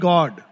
God